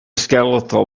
skeletal